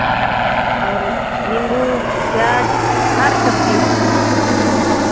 और निम्बू प्याज हर सब्ज़ी है